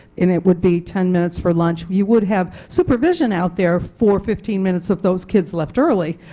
and it would be ten minutes for lunch, you would have supervision out there for fifteen minutes if those kids left early,